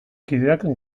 kideak